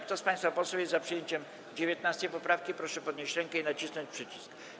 Kto z państwa posłów jest za przyjęciem 19. poprawki, proszę podnieść rękę i nacisnąć przycisk.